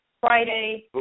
Friday